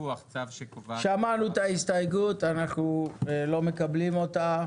שמענו את ההסתייגות, אנחנו לא מקבלים אותה.